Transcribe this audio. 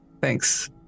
Thanks